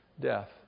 Death